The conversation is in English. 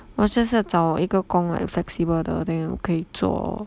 我 just 要找一个工 like flexible 的 then 我可以做